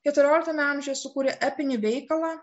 keturioliktame amžiuje sukūrė epinį veikalą